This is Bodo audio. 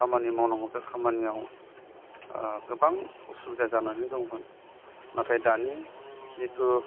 खामानि मावनांगौ बे खामानियाव गोबां असुबिदा जानानै दंमोन नाथाय दानि जिथु